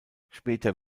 später